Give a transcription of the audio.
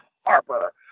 Harper